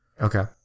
okay